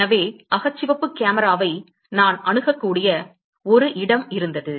எனவே அகச்சிவப்பு கேமராவை நான் அணுகக்கூடிய ஒரு இடம் இருந்தது